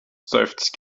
seufzt